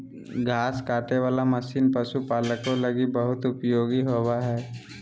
घास काटे वाला मशीन पशुपालको लगी बहुत उपयोगी होबो हइ